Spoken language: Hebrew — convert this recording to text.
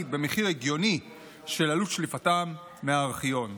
במחיר הגיוני של עלות שליפתם מהארכיון.